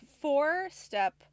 four-step